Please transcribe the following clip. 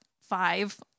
five